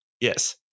Yes